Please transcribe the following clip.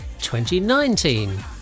2019